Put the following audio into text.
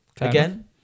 Again